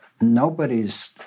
nobody's